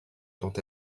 dont